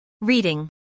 Reading